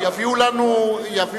יביאו לנו את,